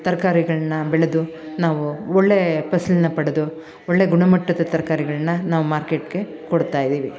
ತರಕಾರಿಗಳ್ನ ಬೆಳೆದು ನಾವು ಒಳ್ಳೆಯ ಫಸಲನ್ನ ಪಡೆದು ಒಳ್ಳೆಯ ಗುಣಮಟ್ಟದ ತರಕಾರಿಗಳ್ನ ನಾವು ಮಾರ್ಕೆಟ್ಗೆ ಕೊಡ್ತಾಯಿದ್ದೀವಿ